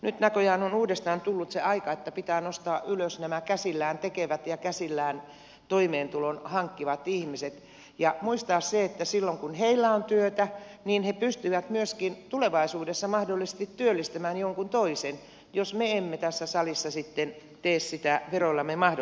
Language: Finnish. nyt näköjään on uudestaan tullut se aika että pitää nostaa ylös nämä käsillään tekevät ja käsillään toimeentulon hankkivat ihmiset ja muistaa se että silloin kun heillä on työtä niin he pystyvät myöskin tulevaisuudessa mahdollisesti työllistämään jonkun toisen jos me emme tässä salissa sitten tee sitä veroillamme mahdottomaksi